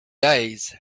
days